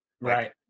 Right